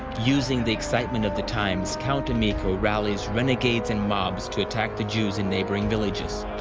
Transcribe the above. using the excitement of the times, count emicho rallies renegades and mobs to attack the jews in neighboring villages.